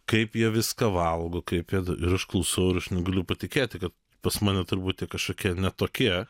kaip jie viską valgo kaip jie ir aš klausau ir aš negaliu patikėti kad pas mane turbūt jie kažkokie ne tokie